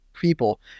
people